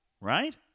right